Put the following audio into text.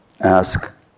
ask